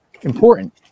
important